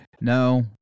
No